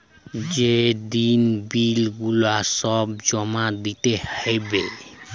যে দিন বিল গুলা সব জমা দিতে হ্যবে